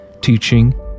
teaching